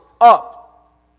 Up